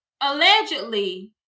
allegedly